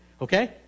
Okay